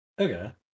Okay